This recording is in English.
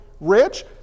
rich